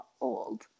old